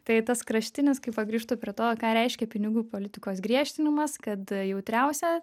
tai tas kraštinis kaip va grįžtu prie to ką reiškia pinigų politikos griežtinimas kad jautriausia